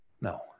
No